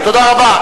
תודה רבה.